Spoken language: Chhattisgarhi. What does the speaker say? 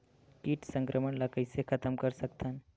कीट संक्रमण ला कइसे खतम कर सकथन?